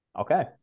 Okay